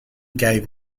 gave